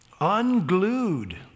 Unglued